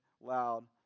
loud